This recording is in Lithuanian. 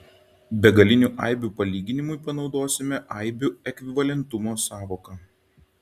begalinių aibių palyginimui panaudosime aibių ekvivalentumo sąvoką